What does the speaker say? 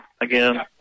again